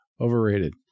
Overrated